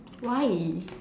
why